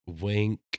wink